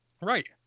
right